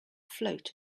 float